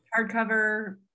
hardcover